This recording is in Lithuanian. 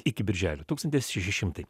iki birželio tūkstantis šeši šimtai